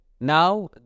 Now